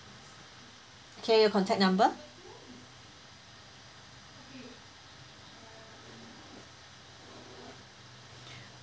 okay your contact number